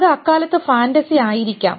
അത് അക്കാലത്ത് ഫാൻറെസി ആയിരിക്കാം